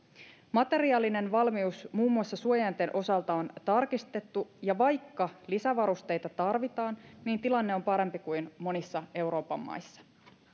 materiaalinen valmius muun muassa suojainten osalta on tarkistettu ja vaikka lisävarusteita tarvitaan niin tilanne on parempi kuin monissa euroopan maissa